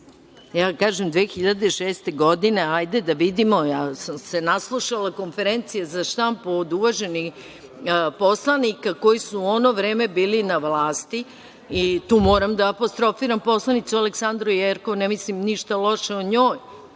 vam kažem 2006. godine, ajde da vidimo. Ja sam se naslušala konferencija za štampu od uvaženih poslanika koji su u ono vreme bili na vlasti i tu moram da apostrofiram poslanicu Aleksandru Jerkov, ne mislim ništa loše o njoj,